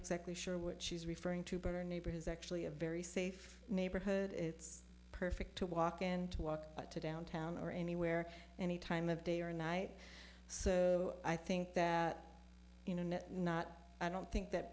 exactly sure what she's referring to better neighborhood is actually a very safe neighborhood it's perfect to walk and walk to downtown or anywhere any time of day or night so i think that you know not i don't think that